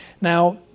Now